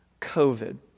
COVID